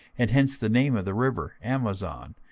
and hence the name of the river amazon,